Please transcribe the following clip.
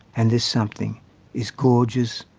and this something is gorgeous,